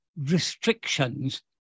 restrictions